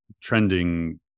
trending